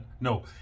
no